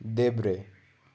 देब्रे